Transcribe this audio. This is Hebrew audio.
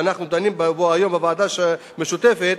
שאנחנו דנים בה היום בוועדה המשותפת,